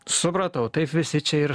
supratau taip visi čia ir